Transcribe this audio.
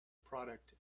product